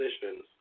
positions